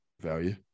Value